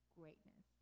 greatness